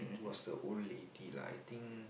was an old lady lah I think